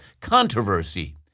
controversy